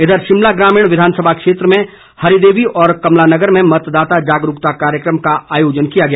इधर शिमला ग्रामीण विधानसभा क्षेत्र में हरि देवी और कमला नगर में मतदाता जागरूकता कार्यक्रम का आयोजन किया गया